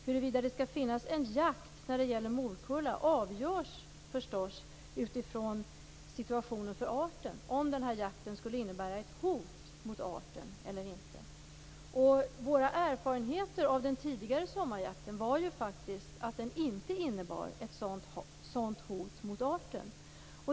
Huruvida det skall finnas en jakt på morkulla avgörs förstås utifrån situationen för arten, om jakten skulle innebära ett hot mot arten eller inte. Våra erfarenheter av den tidigare sommarjakten var faktiskt att den inte innebar ett sådant hot mot arten.